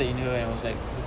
in her and I was like